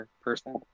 person